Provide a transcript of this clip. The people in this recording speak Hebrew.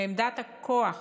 מעמדת הכוח